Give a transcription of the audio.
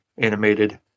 Animated